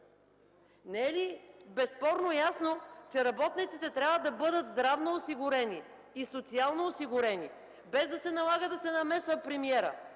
Не е ли безспорно ясно, че работниците трябва да бъдат здравно осигурени и социално осигурени, без да се налага намесата на премиера.